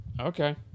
Okay